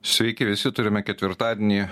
sveiki visi turime ketvirtadienį